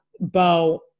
Bo